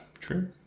true